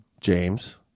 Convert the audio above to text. James